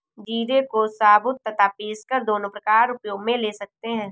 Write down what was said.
जीरे को साबुत तथा पीसकर दोनों प्रकार उपयोग मे ले सकते हैं